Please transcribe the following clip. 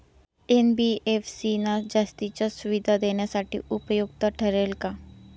NBFC ना जास्तीच्या सुविधा देण्यासाठी उपयुक्त ठरेल का?